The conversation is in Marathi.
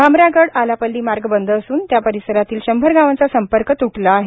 भामरागड आलापल्ली मार्ग बंद असून त्या परिसरातील शंभर गावांचा संपर्क त्टला आहे